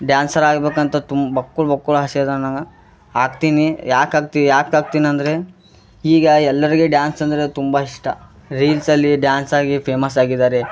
dancer ಆಗಬೇಕಂತ ತುಂಬ ಬಕ್ಕುಳ್ ಬಕ್ಕುಳ್ ಆಸೆ ಅದ ನನಗೆ ಆಗ್ತೀನಿ ಯಾಕೆ ಆಗ್ತಿ ಯಾಕೆ ಆಗ್ತೀನಿ ಅಂದರೆ ಈಗ ಎಲ್ಲರ್ಗೆ ಡ್ಯಾನ್ಸ್ ಅಂದ್ರೆ ತುಂಬ ಇಷ್ಟ ರೀಲ್ಸಲ್ಲಿ ಡ್ಯಾನ್ಸ್ ಆಗಿ ಫೇಮಸ್ ಆಗಿದ್ದಾರೆ